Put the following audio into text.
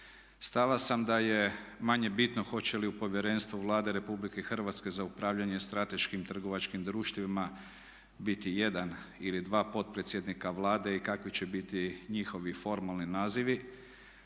Stava sam da je manje bitno hoće li u povjerenstvu Vlade RH za upravljanje strateškim trgovačkim društvima biti jedan ili dva potpredsjednika Vlade i kakvi će biti njihovi formalni nazivi,